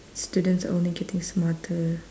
students are only getting smarter